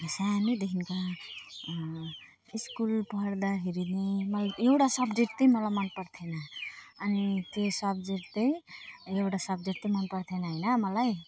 सानैदेखिका school पढ्दाखेरि नै मलाई एउटा सब्जेक्ट चाहिँ मलाई मनपर्थेन अनि त्यो सब्जेक्ट चाहिँ एउटा सब्जेक्ट चाहिँ मनपर्थेन होइन मलाई